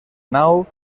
nau